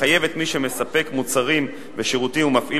מחייב את מי שמספק מוצרים ושירותים ומפעיל